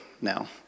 now